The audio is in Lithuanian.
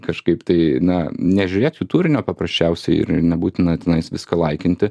kažkaip tai na nežiūrėt jų turinio paprasčiausiai ir nebūtina tenais viską laikinti